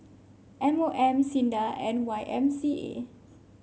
M O M SINDA and Y M C A